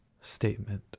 statement